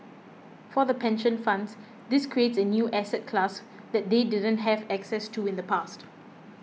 for the pension funds this creates a new asset class that they didn't have access to in the past